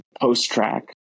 post-track